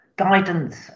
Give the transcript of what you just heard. guidance